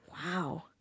Wow